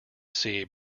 see